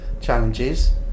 challenges